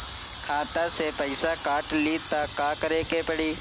खाता से पैसा काट ली त का करे के पड़ी?